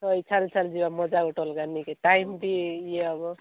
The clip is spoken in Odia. ହଏ ଚାଲି ଚାଲି ଯିବା ମଜା ଗୋଟେ ଅଲଗା ନେଇକି ଟାଇମ ବି ଇଏ ହବ